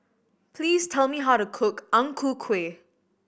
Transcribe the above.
please tell me how to cook Ang Ku Kueh